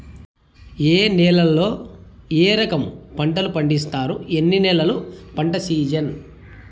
ఏ నేలల్లో ఏ రకము పంటలు పండిస్తారు, ఎన్ని నెలలు పంట సిజన్?